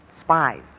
spies